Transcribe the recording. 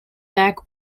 back